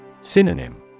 Synonym